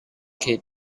che